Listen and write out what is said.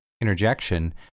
interjection